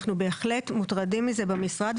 אנחנו בהחלט מוטרדים מזה במשרד,